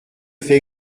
fait